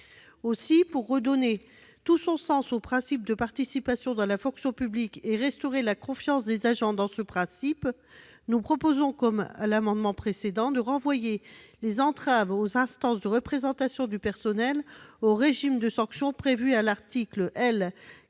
Aussi, pour redonner tout son sens au principe de participation dans la fonction publique et restaurer la confiance des agents dans ce principe, nous proposons, comme à l'amendement précédent, de renvoyer les entraves aux instances de représentation du personnel au régime de sanctions prévu à l'article 432-1